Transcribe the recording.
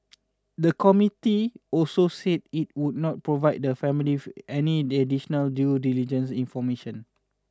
the committee also said it would not provide the family any additional due diligence information